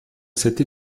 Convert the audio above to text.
cette